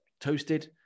toasted